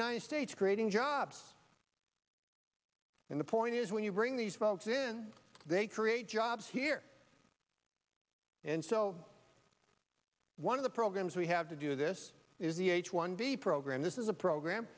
united states creating jobs and the point is when you bring these folks in they create jobs here and so one of the programs we have to do this is the h one b program this is a program